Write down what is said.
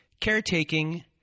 caretaking